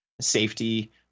Safety